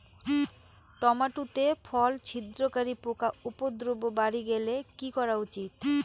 Tomato তে ফল ছিদ্রকারী পোকা উপদ্রব বাড়ি গেলে কি করা উচিৎ?